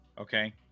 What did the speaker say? Okay